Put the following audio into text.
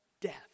death